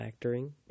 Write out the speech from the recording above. factoring